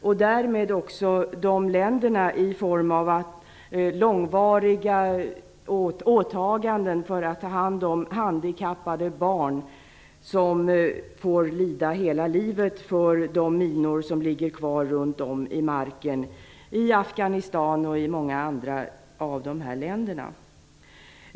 Detta drabbar även dessa länder i form av långvariga åtaganden för att ta hand om handikappade barn som får lida hela livet på grund av de minor som ligger kvar runt om i marken i Afganistan och många andra länder.